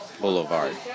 Boulevard